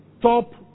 top